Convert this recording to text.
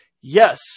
yes